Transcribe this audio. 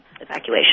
evacuation